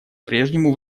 прежнему